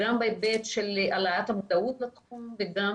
גם בהיבט של העלאת המודעות לתחום וגם